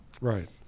Right